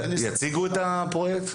יציגו את הפרויקט?